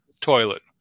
toilet